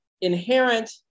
inherent